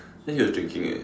then he was drinking it